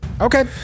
Okay